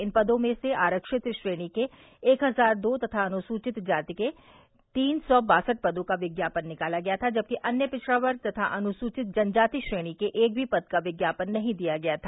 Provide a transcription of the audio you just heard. इन पदो में से अनारक्षित श्रेणी के एक हजार दो तथा अनुसूचित जाति के तीन सौ बासठ पदो का विज्ञापन निकाला गया जबकि अन्य पिछड़ा वर्ग तथा अनुसूचित जन जाति श्रेणी के एक भी पद का विज्ञापन नहीं दिया गया था